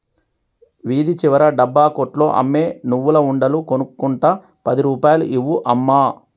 వీధి చివర డబ్బా కొట్లో అమ్మే నువ్వుల ఉండలు కొనుక్కుంట పది రూపాయలు ఇవ్వు అమ్మా